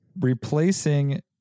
replacing